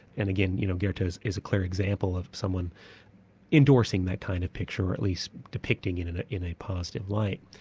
and again you know goethe's is a clear example of someone endorsing that kind of picture, at least depicting and it in a positive light.